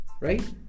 right